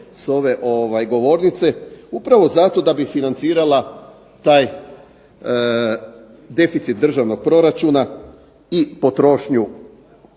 s ove govornice, upravo zato da bi financirala taj deficit državnog proračuna i potrošnju.